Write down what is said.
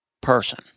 person